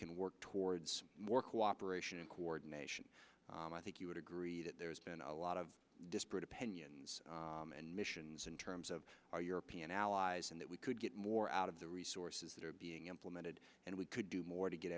can work towards more cooperation and coordination and i think you would agree that there's been a lot of disparate opinions and missions in terms of our european allies and that we could get more out of the resources that are being implemented and we could do more to get